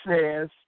says